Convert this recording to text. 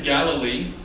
Galilee